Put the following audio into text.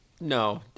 No